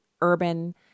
urban